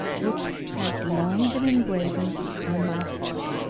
which has long been engraven on my heart.